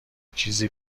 چیزی